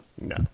No